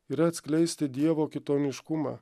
yra atskleisti dievo kitoniškumą